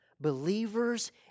Believers